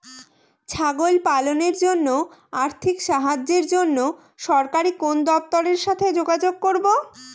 ছাগল পালনের জন্য আর্থিক সাহায্যের জন্য সরকারি কোন দপ্তরের সাথে যোগাযোগ করব?